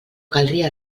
caldria